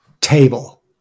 Table